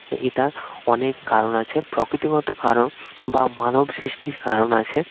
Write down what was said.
এটার অনেক কারণ আছে প্রকৃতিগত কারণ বা মানব সৃষ্টির কারণ আছে